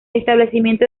establecimiento